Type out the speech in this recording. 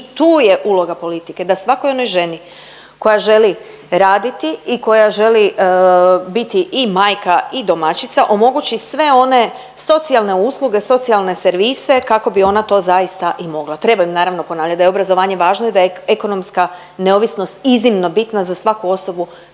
I tu je uloga politike da svakoj onoj ženi koja želi raditi i koja želi biti i majka i domaćica omogući sve one socijalne usluge, socijalne servise kako bi ona to zaista i mogla. Treba im naravno ponavljati da je obrazovanje važno i da je ekonomska neovisnost iznimno bitna za svaku osobu,